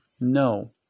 No